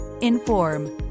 inform